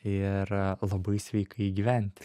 ir labai sveikai gyventi